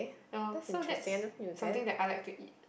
oh so that's something that I like to eat